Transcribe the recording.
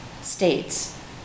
states